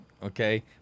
Okay